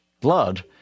blood